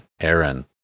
Aaron